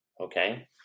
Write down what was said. Okay